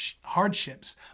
hardships